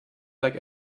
like